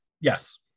Yes